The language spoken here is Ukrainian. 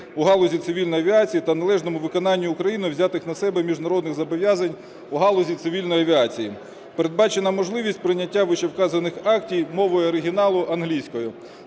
в галузі цивільної авіації та належному виконанню Україною взятих на себе міжнародних зобов'язань у галузі цивільної авіації. Передбачена можливість прийняття вищевказаних актів мовою оригіналу (англійською).